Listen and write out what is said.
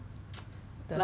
essential 的